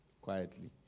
quietly